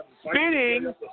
spinning